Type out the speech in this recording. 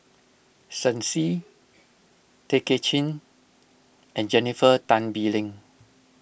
Shen Xi Tay Kay Chin and Jennifer Tan Bee Leng